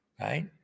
right